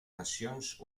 nacions